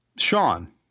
sean